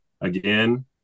again